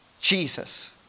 Jesus